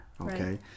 okay